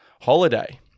holiday